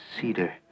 cedar